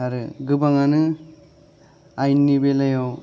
आरो गोबाङानो आयेननि बेलायाव